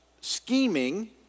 scheming